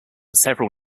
several